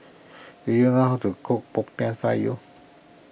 do you know how to cook Popiah Sayur